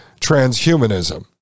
transhumanism